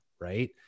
Right